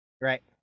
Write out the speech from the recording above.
right